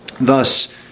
Thus